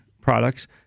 products